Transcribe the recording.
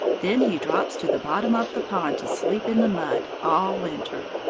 then he drops to the bottom of the pond to sleep in the mud all winter.